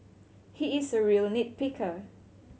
he is a real nit picker